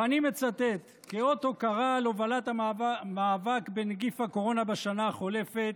ואני מצטט: "כאות הוקרה על הובלת המאבק בנגיף הקורונה בשנה החולפת,